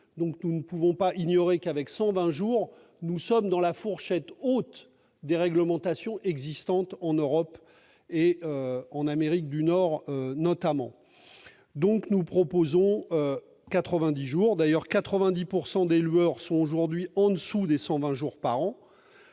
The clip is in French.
Nous ne pouvons pas ignorer que, avec 120 jours, nous sommes dans la fourchette haute des réglementations existant en Europe et en Amérique du Nord, notamment. Nous proposons donc 90 jours. D'ailleurs, quelque 90 % des loueurs sont aujourd'hui en dessous des 120 jours par an.